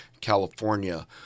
California